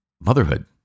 motherhood